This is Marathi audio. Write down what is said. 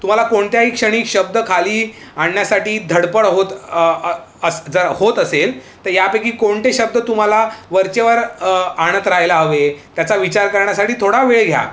तुम्हाला कोणत्याही क्षणी शब्द खाली आणण्यासाठी धडपड होत अस जर होत असेल तर यापैकी कोणते शब्द तुम्हाला वरचे वर आणत राहायला हवे त्याचा विचार करण्यासाठी थोडा वेळ घ्या